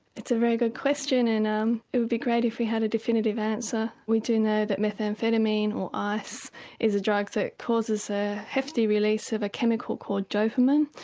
it's a very good question and um it would be great if we had a definitive answer, we do know that methamphetamine or ice is a drug that causes a hefty release of a chemical called dopamine.